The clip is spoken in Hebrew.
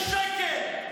משיחי שקר.